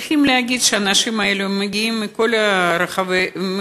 צריך להגיד שהאנשים האלה מגיעים מכל המדינות,